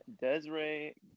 Desiree